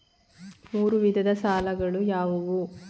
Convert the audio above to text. ಮೂರು ವಿಧದ ಸಾಲಗಳು ಯಾವುವು?